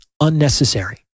unnecessary